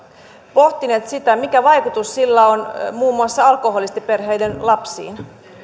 pohtineet sitä mikä vaikutus sillä on muun muassa alkoholistiperheiden lapsiin